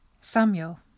Samuel